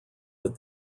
that